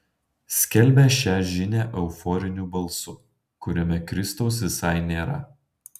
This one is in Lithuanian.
skelbia šią žinią euforiniu balsu kuriame kristaus visai nėra